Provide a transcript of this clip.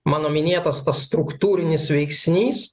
mano minėtas struktūrinis veiksnys